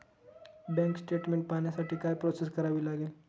Bank statement पाहण्यासाठी काय process करावी लागेल?